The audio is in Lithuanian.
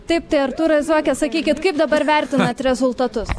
taip tai artūre zuoke sakykit kaip dabar vertinat rezultatus